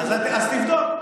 אז תבדוק.